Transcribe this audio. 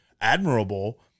admirable